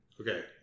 Okay